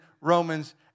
Romans